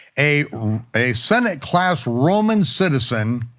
a a senate-class roman citizen,